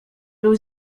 był